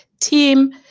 team